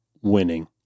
winning